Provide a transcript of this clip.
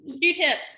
Q-tips